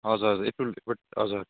हजुर हजुर अप्रेल हजुर